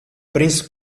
prince